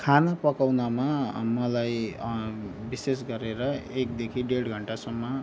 खाना पकाउनमा मलाई विशेष गरेर एकदेखि डेढ घन्टासम्म